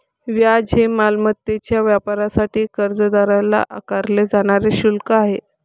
व्याज हे मालमत्तेच्या वापरासाठी कर्जदाराला आकारले जाणारे शुल्क आहे